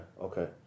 okay